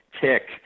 tick